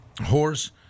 horse